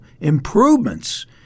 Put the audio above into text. improvements